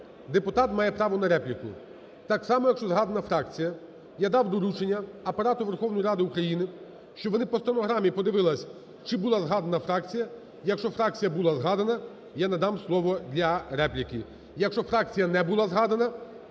депутат має право на репліку так само, якщо згадана фракція. Я дав доручення Апарату Верховної Ради України, щоб вони по стенограмі подивилися, чи була згадана фракція. Якщо фракція була згадана, я надам слово для репліки, якщо фракція не була згадана,